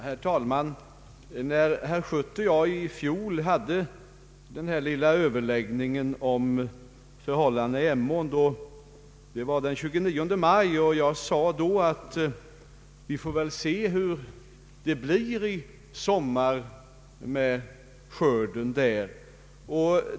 Herr talman! När herr Schött och jag hade vår lilla överläggning den 29 maj i fjol om förhållandena i Emån, sade jag att vi får se hur det blir med sommarens skörd i området.